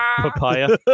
papaya